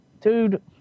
Dude